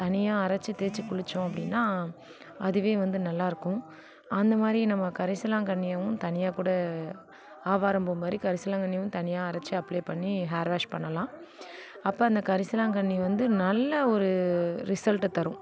தனியாக அரைச்சு தேச்சு குளித்தோம் அப்படின்னா அதுவே வந்து நல்லா இருக்கும் அந்தமாதிரி நம்ப கரிசலாங்கண்ணியவும் தனியாகக்கூட ஆவாரம்பூ மாதிரி கரிசலாங்கண்ணியைவும் தனியாக அரச்சு அப்ளை பண்ணி ஹேர் வாஷ் பண்ணலாம் அப்போ அந்த கரிசலாங்கண்ணி வந்து நல்ல ஒரு ரிசல்டை தரும்